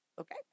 Okay